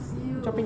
!eww!